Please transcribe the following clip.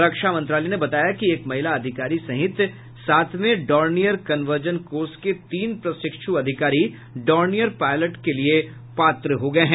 रक्षा मंत्रालय ने बताया कि एक महिला अधिकारी सहित सातवें डोर्नियर कनवर्जन कोर्स के तीन प्रशिक्षु अधिकारी डोर्नियर पायलट के लिए पात्र हो गये हैं